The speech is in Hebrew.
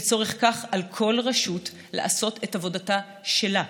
לצורך זה, על כל רשות לעשות את עבודתה שלה,